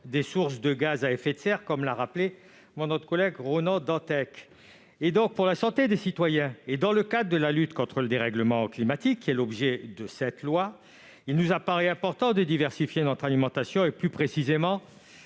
des sources de gaz à effet de serre, notre collègue Ronan Dantec l'a rappelé. Aussi, pour la santé des citoyens et dans le cadre de la lutte contre le dérèglement climatique, qui fait l'objet de cette loi, il nous paraît important de diversifier notre alimentation et, plus précisément,